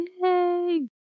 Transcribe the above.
Yay